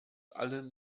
allen